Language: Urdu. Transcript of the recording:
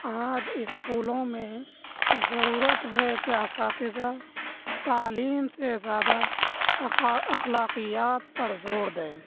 آج اسکولوں میں ضرورت ہے کہ اساتذہ تعلیم سے زیادہ اخلاقیات پر زور دیں